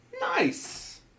nice